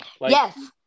Yes